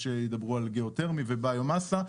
יש שידברו על גיאו-תרמי וביו-מסה.